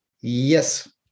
Yes